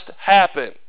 happen